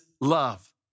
love